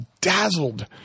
dazzled